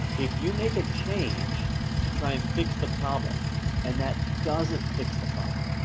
if you make a change to try and fix the problem and that doesn't fix the problem,